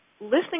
listening